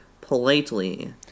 politely